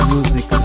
Music